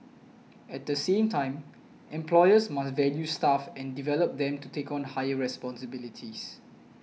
at the same time employers must value staff and develop them to take on higher responsibilities